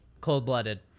Cold-blooded